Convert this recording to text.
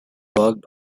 worked